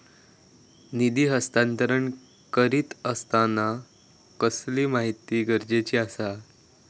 निधी हस्तांतरण करीत आसताना कसली माहिती गरजेची आसा?